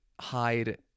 hide